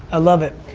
ah love it.